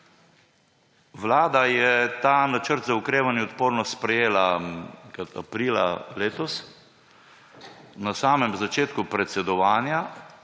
Vlada je ta načrt za okrevanje in odpornost sprejela aprila letos. Na samem začetku predsedovanja